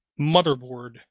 motherboard